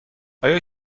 آیا